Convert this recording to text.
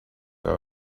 that